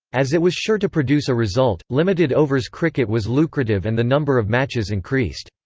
as it was sure to produce a result, limited overs cricket was lucrative and the number of matches increased.